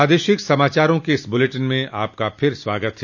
प्रादेशिक समाचारों के इस बुलेटिन में आपका फिर से स्वागत है